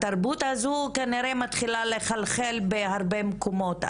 התרבות הזו כנראה מתחילה לחלחל להרבה מקומות.